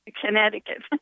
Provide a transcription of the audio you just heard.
Connecticut